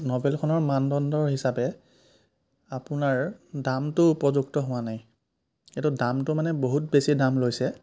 নবেলখনৰ মানদণ্ডৰ হিচাপে আপোনাৰ দামটো উপযুক্ত হোৱা নাই এইটো দামটো মানে বহুত বেছি দাম লৈছে